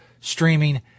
streaming